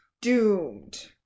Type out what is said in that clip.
doomed